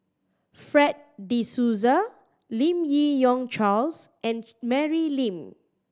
Fred De Souza Lim Yi Yong Charles and Mary Lim